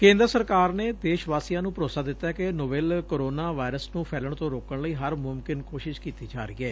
ਕੇਂਦਰ ਸਰਕਾਰ ਨੇ ਦੇਸ਼ ਵਾਸੀਆਂ ਨੰ ਭਰੋਸਾ ਦਿਂਤੈ ਕਿ ਨੋਵੇਲ ਕੋਰੋਨਾ ਵਾਇਰਸ ਨੰ ਫੈਲਣ ਤੋਂ ਰੋਕਣ ਲਈ ਹਰ ਮੁਮਕਿਨ ਕੋਸ਼ਿਸ਼ ਕੀਡੀ ਜਾ ਰਹੀ ਏ